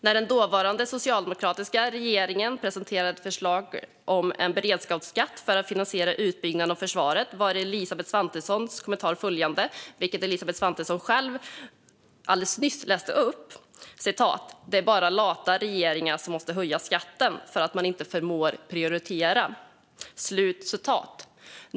När den dåvarande socialdemokratiska regeringen presenterade ett förslag om en beredskapsskatt för att finansiera utbyggnaden av försvaret var Elisabeth Svantessons kommentar följande, som hon själv alldeles nyss läste upp: "Det är bara lata regeringar som måste höja skatten, för att man inte förmår att prioritera."